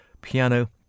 piano